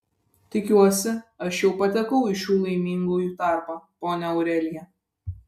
tikiuosi aš jau patekau į šių laimingųjų tarpą ponia aurelija